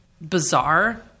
bizarre